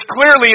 clearly